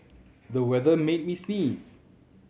the weather made me sneeze